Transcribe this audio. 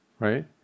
Right